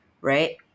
right